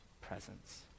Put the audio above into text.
presence